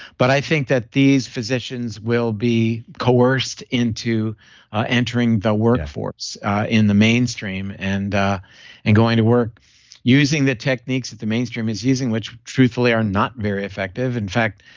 but i think that these physicians will be coerced into entering the workforce in the mainstream and ah and going to work using the techniques that the mainstream is using, which truthfully are not very effective. in fact,